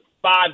five